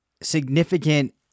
significant